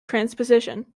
transposition